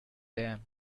them